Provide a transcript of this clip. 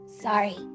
Sorry